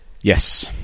yes